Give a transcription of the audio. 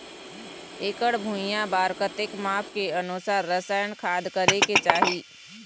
एकड़ भुइयां बार कतेक माप के अनुसार रसायन खाद करें के चाही?